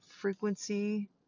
frequency